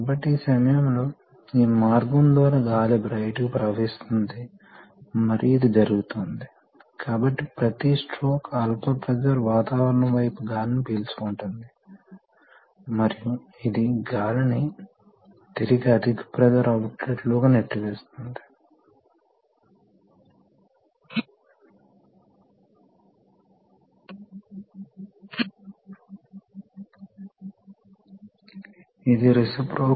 కాబట్టి మీరు దీన్ని ఈ four way valve 3 position four way valve యొక్క కేంద్ర స్థానంలో ఉంచితే అప్పుడు సిలిండర్ లాక్ చేయబడి దాని స్వంత బరువు కారణంగా అది నెమ్మదిగా క్రిందికి రాదు మరోవైపు మీరు దానిని కనెక్ట్ చేస్తే ఈ స్థానం దీని అర్థం ఈ చిహ్నాలు దీని అర్థం ఇవి ప్రపోర్షనల్ డైరెక్షన్ వాల్వ్స్ కాబట్టి ఇది వాల్వ్ ల స్థానాన్ని మూడింటిలో ఒకదానికి మార్చడం మాత్రమే కాదు ప్రపోర్షనల్ కంట్రోల్ ను ఉపయోగించడం ద్వారా డైరెక్షనల్ వాల్వ్ లలో ప్రవాహం రేటు కూడా మార్చవచ్చు